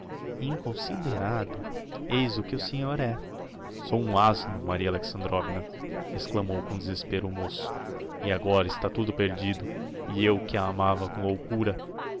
alexandrovna inconsiderado eis o que o senhor é sou um asno maria alexandrovna exclamou com desespero o môço e agora está tudo perdido e eu que a amava com loucura